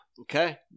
Okay